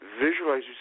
Visualize